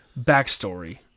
backstory